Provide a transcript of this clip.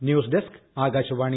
news desk Akashvani